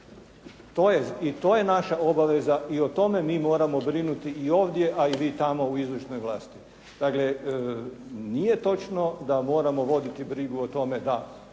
to je naša obaveza i o tome mi moramo brinuti i ovdje a i vi tamo u izvršnoj vlasti. Dakle, nije točno da moramo voditi brigu o tome da